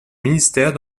ministère